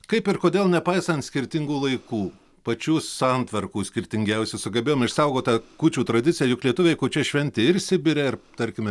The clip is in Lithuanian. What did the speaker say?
kaip ir kodėl nepaisant skirtingų laikų pačių santvarkų skirtingiausių sugebėjom išsaugot tą kūčių tradiciją juk lietuviai kūčias šventė ir sibire ir tarkime